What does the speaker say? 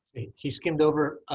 a key skimmed over,